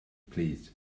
plîs